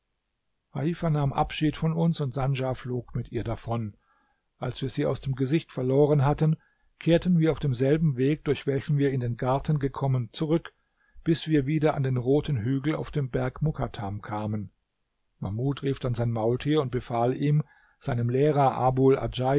nahm abschied von uns und sandja flog mit ihr davon als wir sie aus dem gesicht verloren hatten kehrten wir auf demselben weg durch welchen wir in den garten gekommen zurück bis wir wieder an den roten hügel auf dem berg mukattam kamen mahmud rief dann sein maultier und befahl ihm seinem lehrer abul